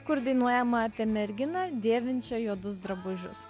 kur dainuojama apie merginą dėvinčią juodus drabužius